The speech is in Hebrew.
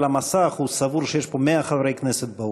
המסך סבור שיש פה 100 חברי כנסת באולם.